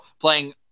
playing